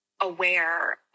aware